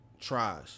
Tries